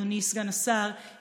אדוני סגן השר,